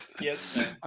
Yes